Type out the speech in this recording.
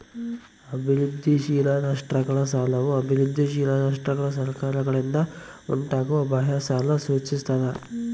ಅಭಿವೃದ್ಧಿಶೀಲ ರಾಷ್ಟ್ರಗಳ ಸಾಲವು ಅಭಿವೃದ್ಧಿಶೀಲ ರಾಷ್ಟ್ರಗಳ ಸರ್ಕಾರಗಳಿಂದ ಉಂಟಾಗುವ ಬಾಹ್ಯ ಸಾಲ ಸೂಚಿಸ್ತದ